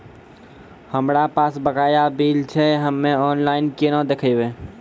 हमरा पास बकाया बिल छै हम्मे ऑनलाइन केना देखबै?